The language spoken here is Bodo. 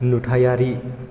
नुथायारि